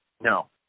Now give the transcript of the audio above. No